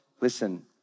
listen